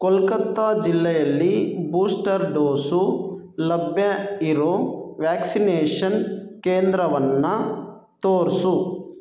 ಕೋಲ್ಕತ್ತಾ ಜಿಲ್ಲೆಯಲ್ಲಿ booster dose ಲಭ್ಯ ಇರೋ ವ್ಯಾಕ್ಸಿನೇಷನ್ ಕೇಂದ್ರವನ್ನು ತೋರಿಸು